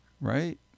Right